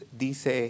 dice